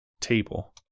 table